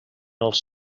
els